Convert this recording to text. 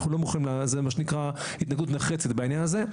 זה מה שנקרא: התנגדות נחרצת בעניין הזה.